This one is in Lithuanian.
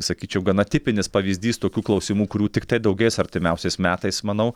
sakyčiau gana tipinis pavyzdys tokių klausimų kurių tiktai daugės artimiausiais metais manau